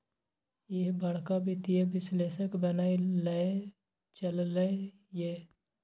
ईह बड़का वित्तीय विश्लेषक बनय लए चललै ये